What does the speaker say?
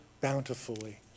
bountifully